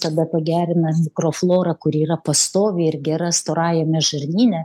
tada pagerina mikroflorą kuri yra pastovi ir gera storajame žarnyne